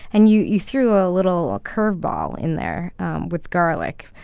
and you you threw a little ah curveball in there with garlic.